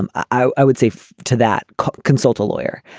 um i i would say to that consult a lawyer.